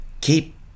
keep